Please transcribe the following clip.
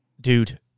Dude